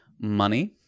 Money